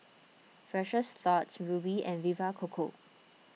Precious Thots Rubi and Vita Coco